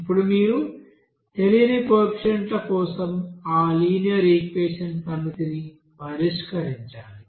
ఇప్పుడు మీరు తెలియని కోఎఫీషియంట్ల కోసం ఆ లినియర్ ఈక్వెషన్స్ సమితిని పరిష్కరించాలి